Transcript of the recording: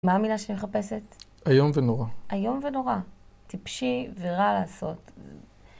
מה המילה שאני מחפשת? איום ונורא. איום ונורא. טיפשי ורע לעשות.